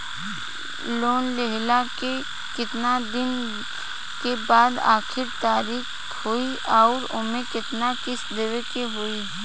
Loan लेहला के कितना दिन के बाद आखिर तारीख होई अउर एमे कितना किस्त देवे के होई?